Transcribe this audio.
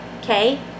Okay